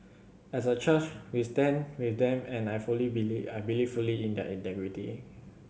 as a church we stand with them and I fully believe I believe fully in their integrity